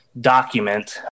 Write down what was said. document